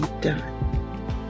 done